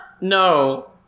No